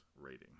rating